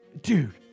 dude